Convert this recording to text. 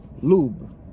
Lube